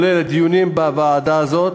שגם הנושא הזה עולה לדיונים בוועדה הזאת,